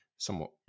somewhat